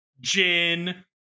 Jin